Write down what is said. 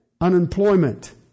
unemployment